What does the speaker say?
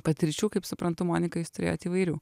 patirčių kaip suprantu monika jūs turėjot įvairių